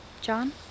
John